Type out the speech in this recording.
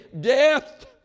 Death